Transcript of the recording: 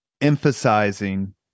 emphasizing